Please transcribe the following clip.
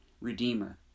Redeemer